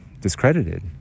discredited